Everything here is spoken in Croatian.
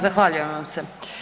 Zahvaljujem vam se.